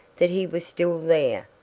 that he was still there,